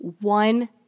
one